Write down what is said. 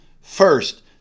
first